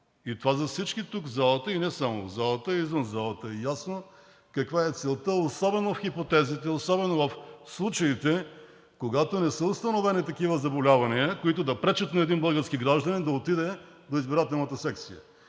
Това за всички тук в залата, а и извън залата е ясно каква е целта, особено в хипотезите, особено в случаите, когато не са установени такива заболявания, които да пречат на един български гражданин да отиде до избирателната секция.